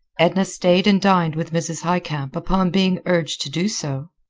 edna stayed and dined with mrs. highcamp upon being urged to do so.